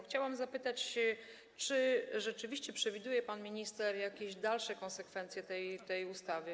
Chciałabym zapytać, czy rzeczywiście przewiduje pan minister jakieś dalsze konsekwencje tej ustawy.